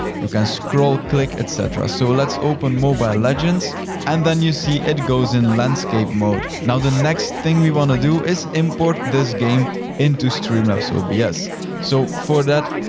you can scroll, click, et cetera. so let's open mobile legends and then you see it goes in landscape mode. now the next thing we wanna do is import this game into streamlabs so but obs. so for that,